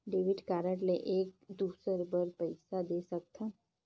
Debit card ले एक दुसर बार पइसा दे सकथन?